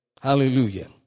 Hallelujah